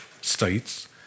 states